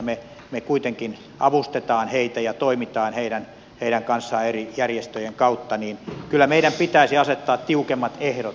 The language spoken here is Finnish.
kun me kuitenkin avustamme heitä ja toimimme heidän kanssaan eri järjestöjen kautta niin kyllä meidän pitäisi asettaa tiukemmat ehdot